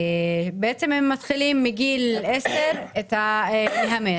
בעצם הם מתחילים מגיל עשר להמר,